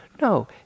No